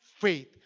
faith